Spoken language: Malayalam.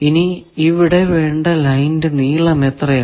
ഇനി ഇവിടെ വേണ്ട ലൈനിന്റെ നീളം എത്രയാണ്